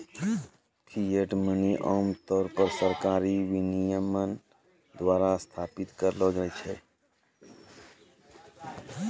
fiat money आम तौर पर सरकारी विनियमन द्वारा स्थापित करलो जाय छै